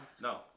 No